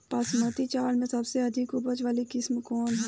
बासमती चावल में सबसे अधिक उपज वाली किस्म कौन है?